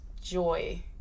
joy